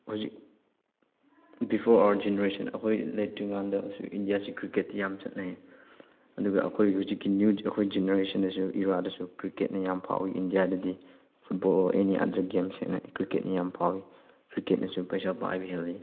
ꯍꯧꯖꯤꯛ before our generation ꯑꯩꯈꯣꯏ ꯂꯩꯇ꯭ꯔꯤ ꯀꯥꯟꯗ ꯍꯧꯖꯤꯛ ꯏꯟꯗꯤꯌꯥꯁꯤ ꯀ꯭ꯔꯤꯀꯦꯠꯇꯤ ꯌꯥꯝ ꯆꯠꯅꯩ ꯑꯗꯨꯒ ꯑꯩꯈꯣꯏ ꯍꯧꯖꯤꯛꯀꯤ ꯅ꯭ꯌꯨ ꯑꯩꯈꯣꯏ ꯖꯦꯅꯔꯦꯁꯟꯗꯁꯨ ꯏꯔꯥꯗꯁꯨ ꯀ꯭ꯔꯤꯀꯦꯠꯅ ꯌꯥꯝ ꯐꯥꯎꯏ ꯏꯟꯗꯤꯌꯥꯗꯗꯤ football or any other game ꯍꯦꯟꯅ ꯀ꯭ꯔꯤꯀꯦꯠꯅ ꯌꯥꯝ ꯐꯥꯎꯏ ꯀ꯭ꯔꯤꯀꯦꯠꯅꯁꯨ ꯄꯩꯁꯥ ꯄꯥꯏꯕ ꯍꯦꯜꯂꯤ